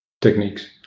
techniques